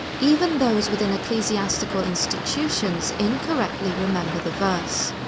even those within ecclesiastic ah institutions incorrectly remember the verse.